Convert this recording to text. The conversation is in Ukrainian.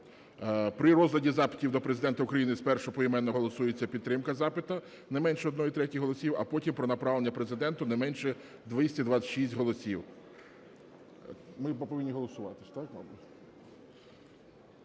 При розгляді запитів до Президента України спершу поіменно голосується підтримка запиту не менше одною третьою голосів, а потім – про направлення Президенту, не менше 226 голосів.